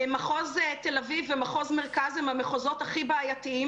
מחוז תל אביב ומחוז מרכז הם המחוזות הכי בעייתיים.